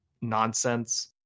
nonsense